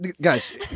guys